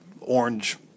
orange